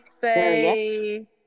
say